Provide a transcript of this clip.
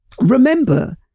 remember